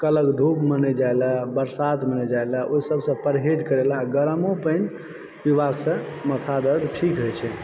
कहलक धूपमे नहि जाय लए बरसातमे नहि जाय लए ओसब स परहेज़ करय लए गर्मो पानि पीला सॅं माथा दर्द ठीक होइ छै